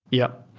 yeah.